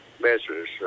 measures